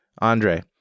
Andre